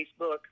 Facebook